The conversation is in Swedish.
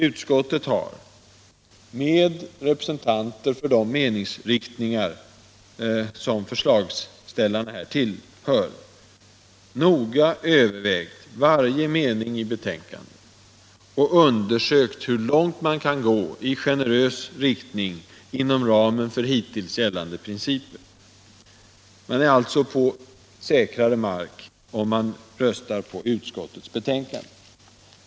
= Utskottet har, med representanter för de meningsriktningar som förslags — Vissa icke-konvenställarna tillhör, noga övervägt varje mening i betänkandet och undersökt = tionella behandhur långt man kan gå i generös riktning inom ramen för hittills gällande = lingsmetoder inom principer. Man är alltså på säkrare mark, om man röstar på utskottets = sjukvården, m.m. förslag.